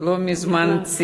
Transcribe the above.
לא מזמן, נכנס.